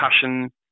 passion